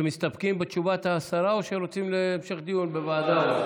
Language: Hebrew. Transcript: אתם מסתפקים בתשובת השרה או רוצים המשך דיון בוועדה?